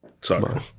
Sorry